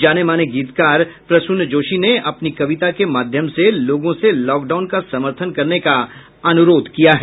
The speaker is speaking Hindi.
जाने माने गीतकार प्रसून जोशी ने अपनी कविता के माध्यम से लोगों से लॉकडाउन का समर्थन करने का अनुरोध किया है